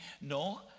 No